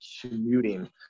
commuting